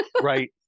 Right